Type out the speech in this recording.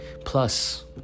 Plus